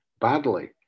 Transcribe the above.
badly